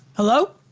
hello?